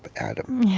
but adam,